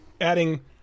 adding